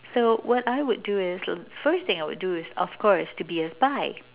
so what I would do is the first thing I would do is of course to be a spy